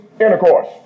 intercourse